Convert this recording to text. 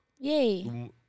Yay